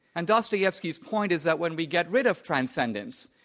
and dostoevsky's point is that when we get rid of transcendence,